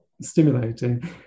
stimulating